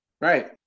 Right